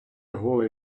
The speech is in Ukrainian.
голий